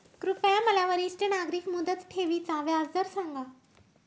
कृपया मला वरिष्ठ नागरिक मुदत ठेवी चा व्याजदर सांगा